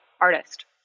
artist